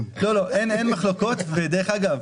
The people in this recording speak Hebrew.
אגב,